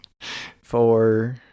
four